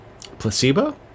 placebo